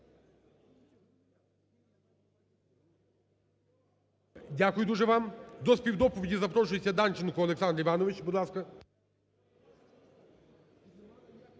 Дякую дуже вам. До співдоповіді запрошується Данченко Олександр Іванович. Будь ласка.